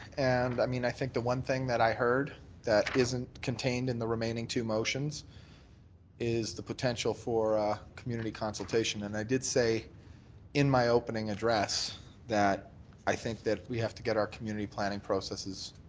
and i mean i think the one thing that i heard that isn't contained in the remaining two motions is the potential for community consultation. and i did say in my opening address that i think that we have to get our community planning processes